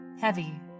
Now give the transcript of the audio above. heavy